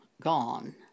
Gone